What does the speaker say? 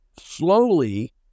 Slowly